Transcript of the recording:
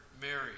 Mary